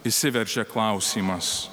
išsiveržia klausimas